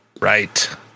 Right